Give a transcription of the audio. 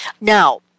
Now